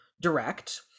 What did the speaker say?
direct